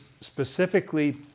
specifically